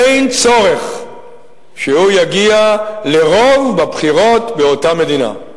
אין צורך שהוא יגיע לרוב באותה מדינה.